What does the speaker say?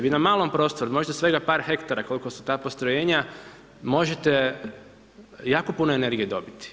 Vi na malom prostoru možda svega par hektara koliko su ta postrojenja možete jako puno energije dobiti.